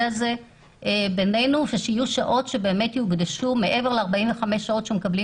הזה בינינו כשיהיו שעות שיוקדשו מעבר ל-45 שעות שמקבלים